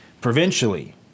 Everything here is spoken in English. provincially